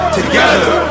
Together